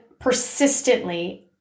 persistently